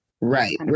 Right